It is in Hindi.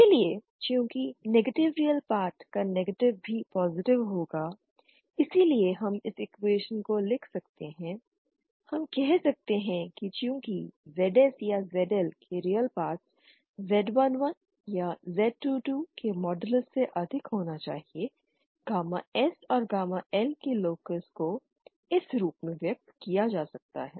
इसलिए चूंकि नेगेटिव रियल पार्ट का नेगेटिव भी पॉजिटिव होगा इसलिए हम इस इक्कुएशन को लिख सकते हैं हम कह सकते हैं कि चूंकि ZS या ZL के रियल पार्ट्स Z 11 या Z 22 के मॉडलस से अधिक होना चाहिए गामा S और गामा L के लोकस को इस रूप में व्यक्त किया जा सकता है